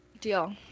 deal